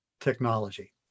technology